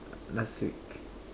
last week